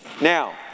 Now